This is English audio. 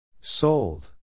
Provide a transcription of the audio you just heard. Sold